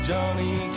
Johnny